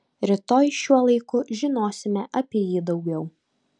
rytoj šiuo laiku žinosime apie jį daugiau